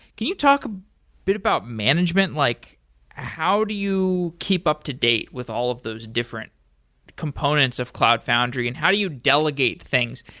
can you talk a bit about management? like how do you keep up to date with all of those different components of cloud foundry and how do you delegate things?